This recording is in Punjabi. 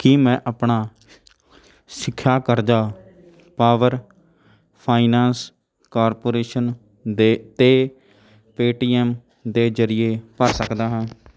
ਕੀ ਮੈਂ ਆਪਣਾ ਸਿੱਖਿਆ ਕਰਜ਼ਾ ਪਾਵਰ ਫਾਈਨੈਂਸ ਕਾਰਪੋਰੇਸ਼ਨ ਦੇ 'ਤੇ ਪੇ ਟੀ ਐੱਮ ਦੇ ਜਰੀਏ ਭਰ ਸਕਦਾ ਹਾਂ